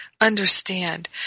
understand